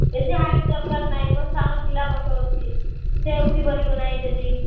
ବେଶୀ ହାଇଟ୍ ଦରକାର ନାହିଁ ମୋର ସାନ ପିଲା ଗୋଟେ ଅଛି ସେ ଉଠି ପାରିବ ନାହିଁ ଯଦି